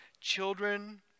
children